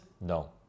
No